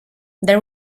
there